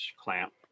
clamp